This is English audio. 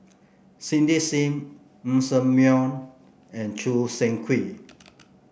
Cindy Sim Ng Ser Miang and Choo Seng Quee